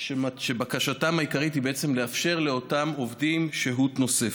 שבקשתם העיקרית היא בעצם לאפשר לאותם עובדים שהות נוספת.